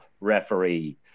referee